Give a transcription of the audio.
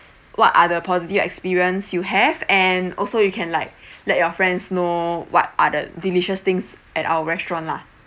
what are the positive experience you have and also you can like let your friends know what are the delicious things at our restaurant lah